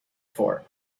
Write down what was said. for